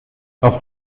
auf